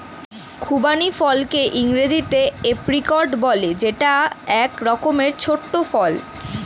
খুবানি ফলকে ইংরেজিতে এপ্রিকট বলে যেটা এক রকমের ছোট্ট ফল